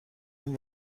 این